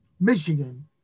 Michigan